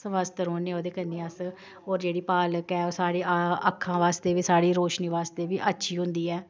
स्वस्थ रौह्ने ओह्दे कन्नै अस होर जेह्ड़ी पालक ऐ ओह् साढ़ी अक्खां बास्तै बी साढ़ी रोशनी बास्तै बी अच्छी होंदी ऐ